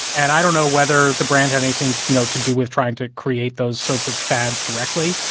and i don't know whether the brand had anything, you know, to do with trying to create those sorts of fads directly,